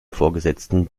vorgesetzten